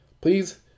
please